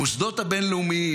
המוסדות הבין-לאומיים,